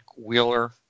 Wheeler